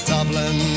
Dublin